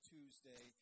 Tuesday